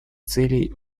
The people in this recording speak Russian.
целей